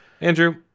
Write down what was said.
Andrew